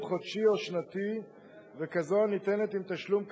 חודשי או שנתי וכזו הניתנת עם תשלום כאמור.